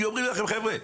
כי אומרים לכם חבר'ה,